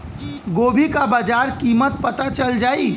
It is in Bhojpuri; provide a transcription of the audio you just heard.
गोभी का बाजार कीमत पता चल जाई?